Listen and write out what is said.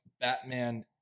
Batman